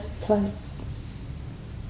place